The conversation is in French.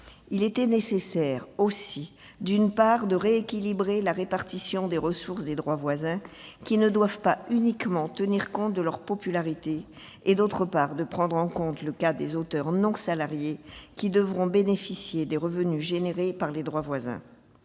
Il était nécessaire aussi, d'une part, de rééquilibrer la répartition des ressources des droits voisins qui ne doivent pas uniquement tenir compte de la popularité et, d'autre part, de prendre en compte le cas des auteurs non salariés qui devront bénéficier des revenus générés par les droits voisins.